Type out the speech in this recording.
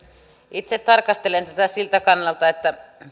itse tarkastelen tätä siltä kannalta että